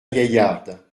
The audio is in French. gaillarde